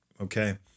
okay